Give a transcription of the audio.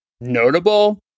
notable